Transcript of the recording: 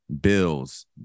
Bills